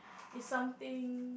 is something